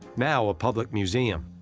now a public museum.